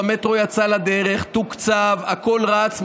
המטרו, המטרו יצא לדרך, תוקצב, הכול רץ.